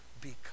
become